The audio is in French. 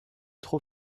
trop